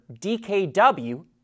DKW